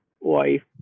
wife